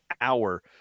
hour